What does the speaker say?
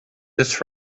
this